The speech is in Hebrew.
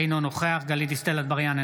אינו נוכח גלית דיסטל אטבריאן,